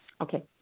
Okay